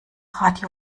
radio